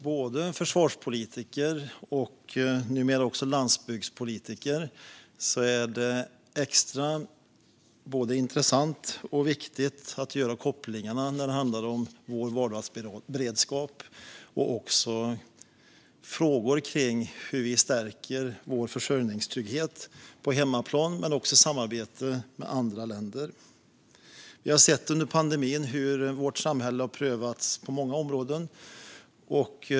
Som försvarspolitiker och numera också landsbygdspolitiker är det extra intressant och viktigt för mig att göra kopplingar när det handlar om vår vardagsberedskap och frågor kring hur vi stärker vår försörjningstrygghet på hemmaplan och i samarbete med andra länder. Vi har under pandemin sett hur vårt samhälle prövats på många områden.